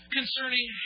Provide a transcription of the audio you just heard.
Concerning